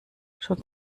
schon